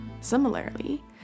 Similarly